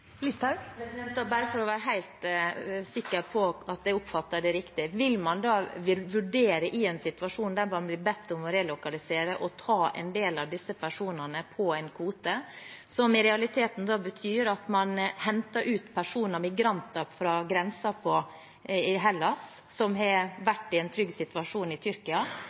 Listhaug – til oppfølgingsspørsmål. Bare for å være helt sikker på at jeg oppfattet det riktig: Vil man i en situasjon der man blir bedt om å relokalisere, vurdere å ta inn en del av disse personene på en kvote? Det betyr i realiteten da at man henter ut personer, migranter, fra grensen til Hellas, som har vært i en trygg situasjon i Tyrkia,